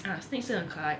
I think so